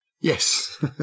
Yes